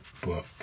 book